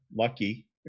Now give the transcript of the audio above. lucky